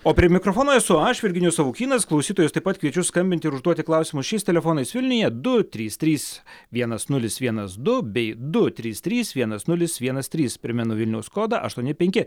o prie mikrofono esu aš virginijus savukynas klausytojus taip pat kviečiu skambinti ir užduoti klausimus šiais telefonais vilniuje du trys trys vienas nulis vienas du bei du trys trys vienas nulis vienas trys primenu vilniaus kodą aštuoni penki